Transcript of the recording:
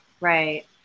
Right